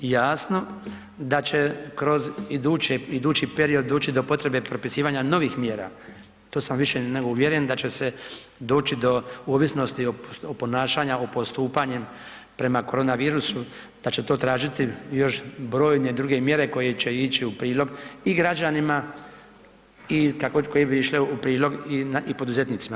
Jasno da će kroz iduće, idući period doći do potrebe propisivanja novih mjera, to sam više nego uvjeren, da će se doći do ovisnosti o ponašanja, o postupanjem prema korona virusu da će to tražiti još brojne druge mjere koje će ići u prilog i građanima i kako, koje bi išle u prilog i poduzetnicima.